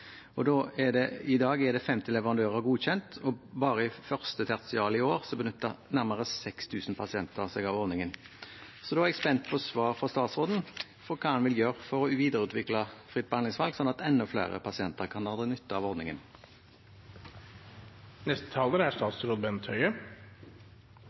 I dag er det 50 godkjente leverandører, og bare i første tertial i år benyttet nærmere 6 000 pasienter seg av ordningen. Så da er jeg spent på svaret fra statsråden på hva han vil gjøre for å videreutvikle fritt behandlingsvalg, slik at enda flere pasienter kan ha nytte av ordningen. Regjeringen innførte fritt behandlingsvalg-ordningen i 2015. Målet med ordningen er